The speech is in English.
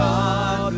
God